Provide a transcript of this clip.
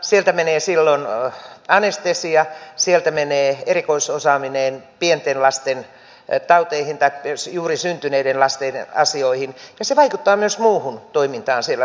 sieltä menee silloin anestesia sieltä menee erikoisosaaminen pienten lasten tauteihin tai juuri syntyneiden lasten asioihin ja se vaikuttaa myös muuhun toimintaan siellä sairaalassa